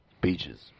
Beaches